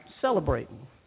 celebrating